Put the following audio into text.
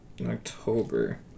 October